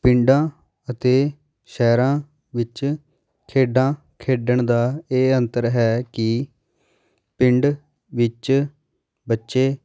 ਪਿੰਡਾਂ ਅਤੇ ਸ਼ਹਿਰਾਂ ਵਿੱਚ ਖੇਡਾਂ ਖੇਡਣ ਦਾ ਇਹ ਅੰਤਰ ਹੈ ਕਿ ਪਿੰਡ ਵਿੱਚ ਬੱਚੇ